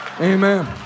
amen